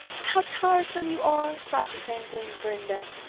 how tiresome you are! cried the sanguine brenda,